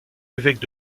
évêque